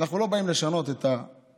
אנחנו לא באים לשנות את הצפון,